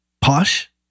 posh